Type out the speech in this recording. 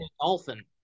dolphin